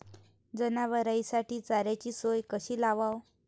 जनावराइसाठी चाऱ्याची सोय कशी लावाव?